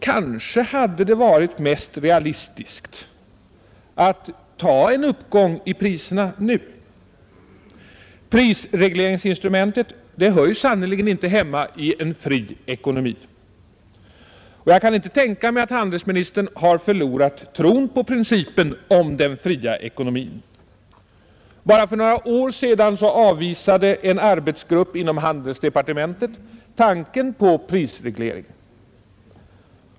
Kanske hade det varit mest realistiskt att ta en uppgång i priserna nu. Prisregleringsinstrumentet hör sannerligen inte hemma i en fri ekonomi. Jag kan inte tänka mig att handelsministern har förlorat tron på principen om den fria ekonomin. För bara några år sedan avvisade en arbetsgrupp inom handelsdepartementet tanken på prisreglering.